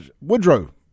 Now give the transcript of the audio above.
Woodrow